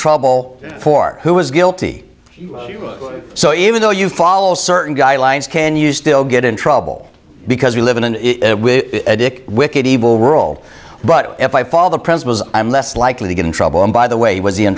trouble for who is guilty so even though you follow certain guidelines can you still get in trouble because we live in an attic wicked evil world but if i follow the principles i'm less likely to get in trouble and by the way was